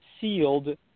sealed